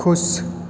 खुश